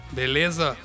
beleza